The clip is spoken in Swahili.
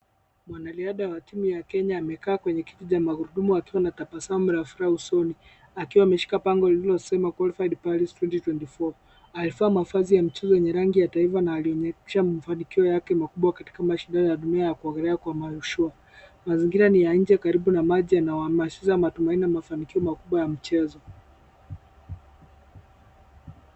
Mwanariadha wa timu ya Kenya amekaa kwenye kiti cha magurudumu akiwa na tabasamu la furaha usoni, akiwa ameshika bango lililosema qualified paris 2024 . Alivaa mavazi ya mchezo yenye rangi ya taifa na alionyesha mafanikio yake makubwa katika mashindano ya dunia ya kuogelea kwa mashua. Mazingira ni ya nje karibu na maji anawahamasisha matumaini na mafanikio makubwa ya michezo.